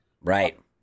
Right